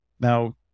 Now